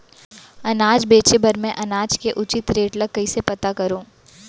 अनाज बेचे बर मैं अनाज के उचित रेट ल कइसे पता करो?